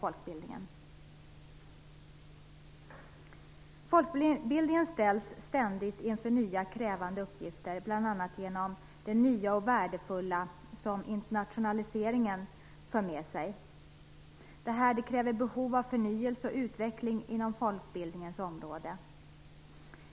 Folkbildningen ställs ständigt inför nya krävande uppgifter, bl.a. genom det nya och värdefulla som internationaliseringen för med sig. Det kräver förnyelse och utveckling inom folkbildningens område.